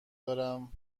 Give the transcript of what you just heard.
دارم